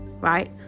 right